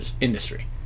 industry